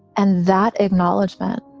and that acknowledgement